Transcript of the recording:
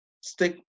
stick